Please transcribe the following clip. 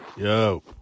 Yo